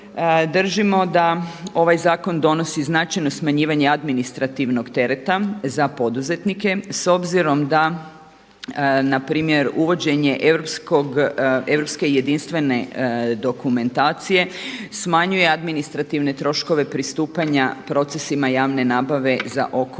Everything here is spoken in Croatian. držimo da ovaj zakon donosi značajno smanjivanje administrativnog tereta za poduzetnike s obzirom da na primjer uvođenje europske jedinstvene dokumentacije smanjuje administrativne troškove pristupanja procesima javne nabave za oko